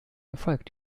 erfolg